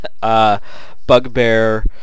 Bugbear